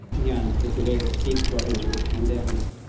yes, like the way it speaks to our interdependence.